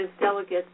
delegates